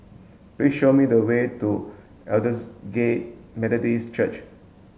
please show me the way to Aldersgate Methodist Church